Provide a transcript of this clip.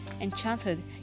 Enchanted